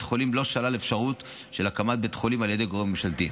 חולים לא שלל אפשרות של הקמת בית חולים על ידי גורם ממשלתי.